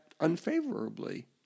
unfavorably